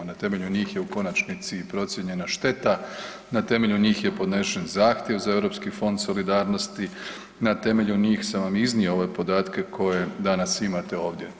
Na temelju njih je u konačnici i procijenjena šteta, na temelju njih je podnešen zahtjev za Europski fond solidarnosti, na temelju njih sam vam i iznio ove podatke koje danas imate ovdje.